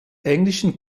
englischen